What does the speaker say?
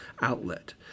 outlet